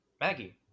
Maggie